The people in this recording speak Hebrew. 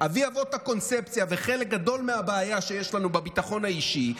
אבי-אבות הקונספציה וחלק גדול מהבעיה שיש לנו בביטחון האישי,